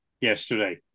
yesterday